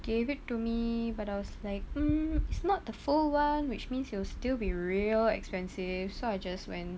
gave it to me but I was like mm it's not the full [one] which means it will still be real expensive so I just went